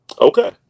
Okay